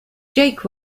jake